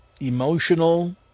emotional